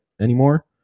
anymore